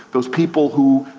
those people who,